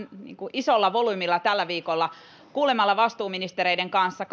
isolla volyymilla tällä viikolla kuulemalla vastuuministereiden kanssa